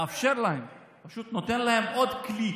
מאפשר להם, פשוט נותן להם עוד כלי